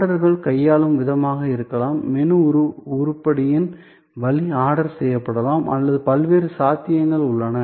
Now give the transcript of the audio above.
ஆர்டர்கள் கையாளும் விதமாக இருக்கலாம் மெனு உருப்படியின் வழி ஆர்டர் செய்யப்படலாம் அல்லது பல்வேறு சாத்தியங்கள் உள்ளன